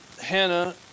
Hannah